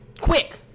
Quick